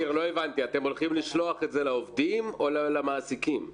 אנחנו מזדהים לחלוטין עם מצוקת